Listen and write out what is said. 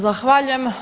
Zahvaljujem.